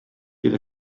bydd